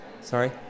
Sorry